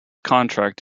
contract